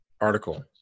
article